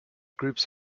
groups